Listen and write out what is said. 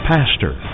Pastor